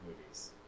movies